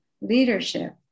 Leadership